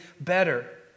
better